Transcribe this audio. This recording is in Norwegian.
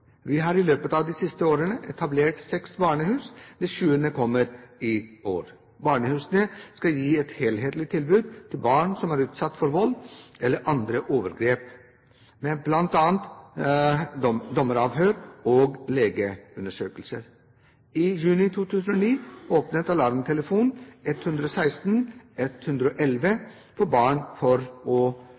Vi har i løpet av de siste årene etablert seks barnehus. Det sjuende kommer i år. Barnehusene skal gi et helhetlig tilbud til barn som er utsatt for vold eller andre overgrep, med bl.a. dommeravhør og legeundersøkelse. I juni 2009 åpnet alarmtelefonen 116 111 for barn, for å